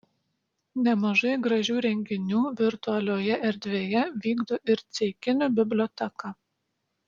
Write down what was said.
nemažai gražių renginių virtualioje erdvėje vykdo ir ceikinių biblioteka